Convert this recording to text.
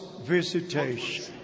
visitation